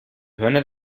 hörner